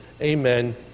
Amen